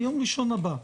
ביום ראשון הבא,